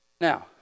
Now